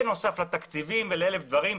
בנוסף לתפקידים ולאלף דברים.